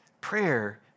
prayer